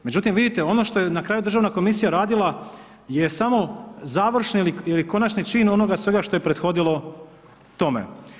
Međutim, vidite, ono što je na kraju državna komisija radila je samo završi ili konačni čin onoga svega što je prethodilo tome.